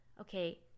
okay